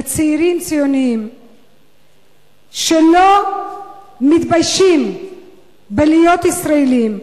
בצעירים ציונים שלא מתביישים להיות ישראלים,